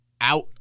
out